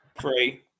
Three